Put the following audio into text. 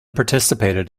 participated